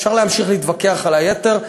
אפשר להמשיך להתווכח על היתר.